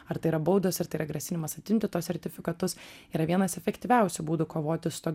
ar tai yra baudos ar tai yra grasinimas atimti tuos sertifikatus yra vienas efektyviausių būdų kovoti su tuo